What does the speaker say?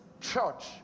church